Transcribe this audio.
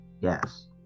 Yes